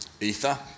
Ether